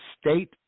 state